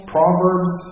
Proverbs